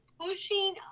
pushing